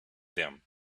them